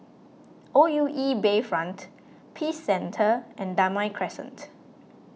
O U E Bayfront Peace Centre and Damai Crescent